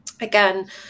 again